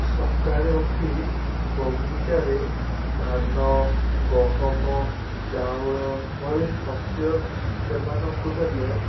ସକାଳୁ ଉଠି ବଗିଚାରେ ଧାନ ଗହମ ଚାଉଳ ଭଳି ଶସ୍ୟ ସେମାନଙ୍କୁ ଦେଲେ